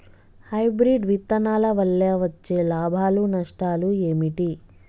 Hybrid విత్తనాల వల్ల వచ్చే లాభాలు నష్టాలు ఏమిటి?